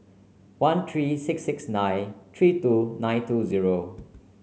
one three six six nine three two nine two zero